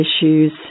issues